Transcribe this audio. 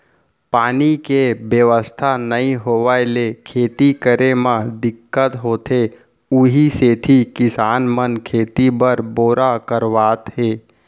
पानी के बेवस्था नइ होय ले खेती करे म दिक्कत होथे उही सेती किसान मन खेती बर बोर करवात हे